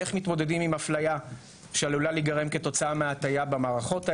איך מתמודדים עם אפליה שעלולה להיגרם כתוצאה מהטיה במערכות האלה?